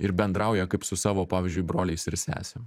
ir bendrauja kaip su savo pavyzdžiui broliais ir sesėm